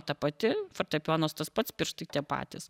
ta pati fortepijonas tas pats pirštai patys